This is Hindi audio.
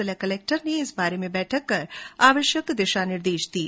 जिला कलेक्टर ने इस बारे में बैठक कर आवश्यक दिशा निर्देश दिये